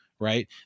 right